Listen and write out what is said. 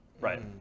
right